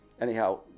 Anyhow